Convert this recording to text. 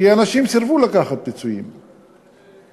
כי אנשים סירבו לקחת פיצויים אפסיים.